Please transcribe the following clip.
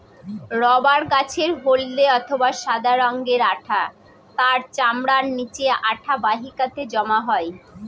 rubber গাছের হল্দে অথবা সাদা রঙের আঠা তার চামড়ার নিচে আঠা বাহিকাতে জমা হয়